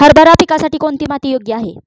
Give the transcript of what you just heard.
हरभरा पिकासाठी कोणती माती योग्य आहे?